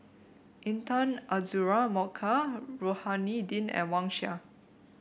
Intan Azura Mokhtar Rohani Din and Wang Sha